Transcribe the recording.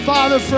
Father